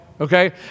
Okay